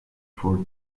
for